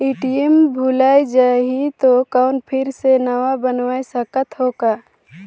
ATM भुलाये जाही तो कौन फिर से नवा बनवाय सकत हो का?